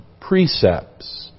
precepts